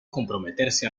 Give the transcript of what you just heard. comprometerse